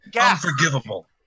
unforgivable